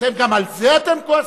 גם על זה אתם כועסים?